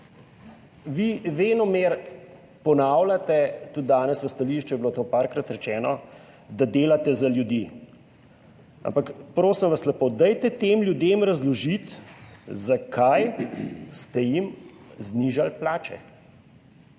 Vi venomer ponavljate, tudi danes v stališču je bilo to parkrat rečeno, da delate za ljudi, ampak prosim vas lepo, dajte tem ljudem razložiti, zakaj ste jim znižali plače.